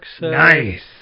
Nice